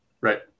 Right